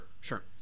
sure